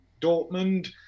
Dortmund